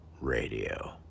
Radio